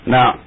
Now